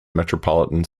metropolitan